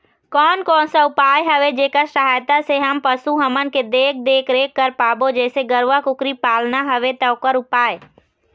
कोन कौन सा उपाय हवे जेकर सहायता से हम पशु हमन के देख देख रेख कर पाबो जैसे गरवा कुकरी पालना हवे ता ओकर उपाय?